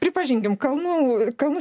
pripažinkim kalnų kalnų